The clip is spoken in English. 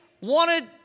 wanted